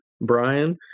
Brian